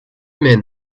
men